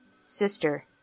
Sister